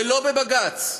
ולא בבג"ץ.